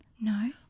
No